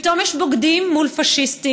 פתאום יש בוגדים מול פאשיסטים,